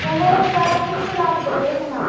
পনেরোশো টাকা কিন্তু লাগবে দেখে নাও